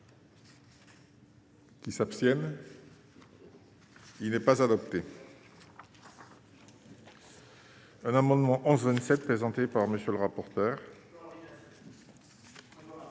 Qui s'abstient. Il n'est pas adapté. Un amendement en 27 présenté par monsieur le rapporteur.